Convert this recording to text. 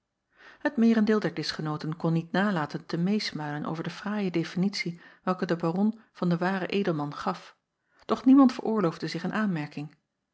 et meerendeel der dischgenooten kon niet nalaten te meesmuilen over de fraaie definitie welke de aron van den waren edelman gaf doch niemand veroorloofde zich een aanmerking